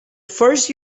first